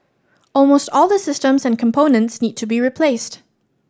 almost all the systems and components need to be replaced